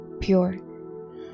pure